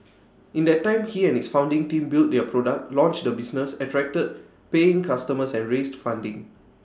in that time he and his founding team built their product launched the business attracted paying customers and raised funding